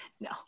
No